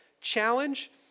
Challenge